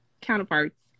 counterparts